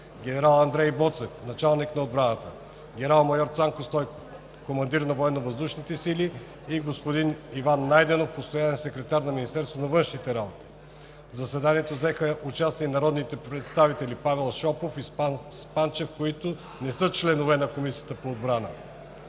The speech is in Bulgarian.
генерал Андрей Боцев – началник на отбраната; генерал майор Цанко Стойков – командир на Военно въздушните сили; и господин Иван Найденов – постоянен секретар на Министерството на външните работи. В заседанието взеха участие и народните представители Павел Шопов и Спас Панчев, които не са членове на Комисията по отбрана.